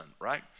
right